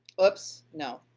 oops, no,